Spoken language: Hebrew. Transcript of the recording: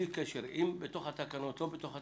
אם בתוך התקנות, לא בתוך התקנות,